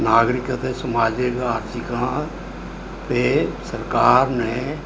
ਨਾਗਰਿਕ ਅਤੇ ਸਮਾਜਿਕ ਆਰਥਿਕਾਂ ਅਤੇ ਸਰਕਾਰ ਨੇ